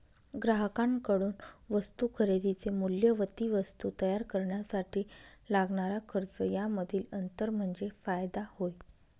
ग्राहकांकडून वस्तू खरेदीचे मूल्य व ती वस्तू तयार करण्यासाठी लागणारा खर्च यामधील अंतर म्हणजे फायदा होय